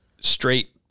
straight